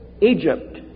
Egypt